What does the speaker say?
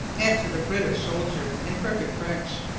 answered a british soldier in perfect french.